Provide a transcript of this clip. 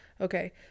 Okay